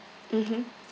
mmhmm